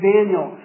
Daniel